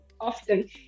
often